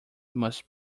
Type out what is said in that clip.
must